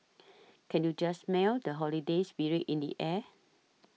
can you just smell the holiday spirit in the air